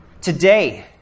Today